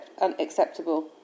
unacceptable